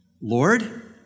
Lord